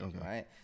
right